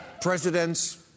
Presidents